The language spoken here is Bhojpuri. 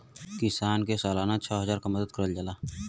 किसान के सालाना छः हजार क मदद करल जाला